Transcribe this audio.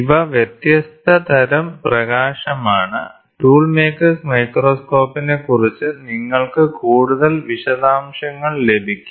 ഇവ വ്യത്യസ്ത തരം പ്രകാശമാണ് ടൂൾ മേക്കേഴ്സ് മൈക്രോസ്കോപ്പിനെക്കുറിച്ച് നിങ്ങൾക്ക് കൂടുതൽ വിശദാംശങ്ങൾ ലഭിക്കും